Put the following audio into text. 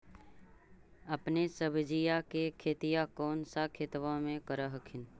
अपने सब्जिया के खेतिया कौन सा खेतबा मे कर हखिन?